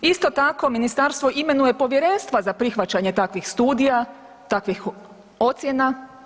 Isto tako, ministarstvo imenuje povjerenstva za prihvaćanje takvih studija, takvih ocjena.